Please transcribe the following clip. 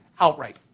outright